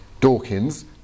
Dawkins